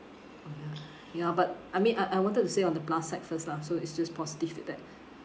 ya but I mean I I wanted to say on the plus side first lah so it's just positive feedback